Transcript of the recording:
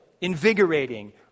invigorating